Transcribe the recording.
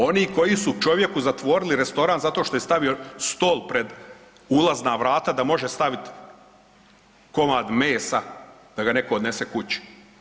Oni koji su čovjeku zatvorili restoran zato što je stavio stol pred ulazna vrata da može staviti komad mesa da ga netko odnese kući?